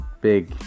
big